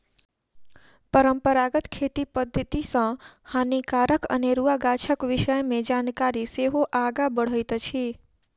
परंपरागत खेती पद्धति सॅ हानिकारक अनेरुआ गाछक विषय मे जानकारी सेहो आगाँ बढ़ैत अछि